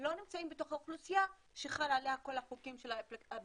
לא נמצאים בתוך האוכלוסייה שחל עליה כל החוקים של אפליקציות,